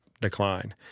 decline